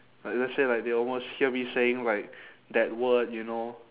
like let's say like they almost hear me saying like that word you know